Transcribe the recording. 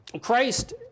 christ